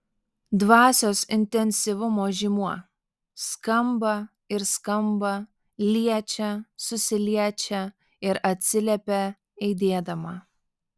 dvasios intensyvumo žymuo skamba ir skamba liečia susiliečia ir atsiliepia aidėdama